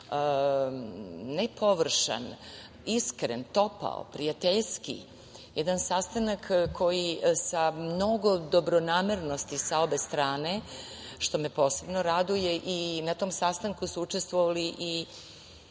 ne površan, iskren, topao, prijateljski, jedan sastanak koji sa mnogo dobronamernosti sa obe strane, što me posebno raduje… Na tom sastanku su učestvovali i